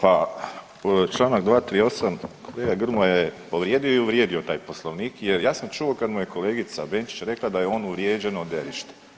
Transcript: Pa Članak 238., kolega Grmoja je povrijedio i uvrijedio taj Poslovnik jer ja sam čuo kad mu je kolegica Benčić rekla da je on uvrijeđeno derište.